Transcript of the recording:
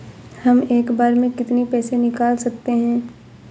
हम एक बार में कितनी पैसे निकाल सकते हैं?